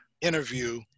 interview